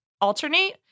alternate